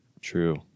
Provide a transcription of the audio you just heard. True